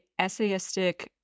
essayistic